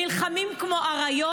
נלחמים כמו אריות,